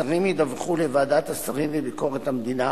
השרים ידווחו לוועדת השרים לביקורת המדינה